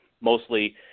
Mostly